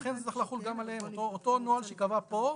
לכן צריך לחול גם עליהם אותו נוהל שייקבע פה.